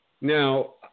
Now